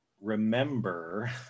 Remember